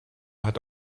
hat